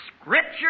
Scripture